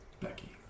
Becky